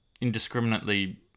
indiscriminately